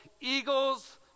Eagle's